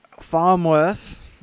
Farmworth